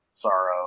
sorrow